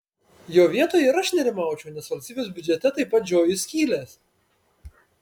jo vietoje ir aš nerimaučiau nes valstybės biudžete taip pat žioji skylės